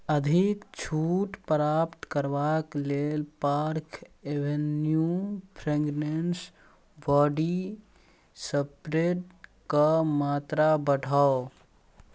अधिक छूट प्राप्त करबाक लेल पार्क एवेन्यू फ्रेगरेंस बॉडी स्प्रेके मात्रा बढ़ाउ